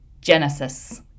Genesis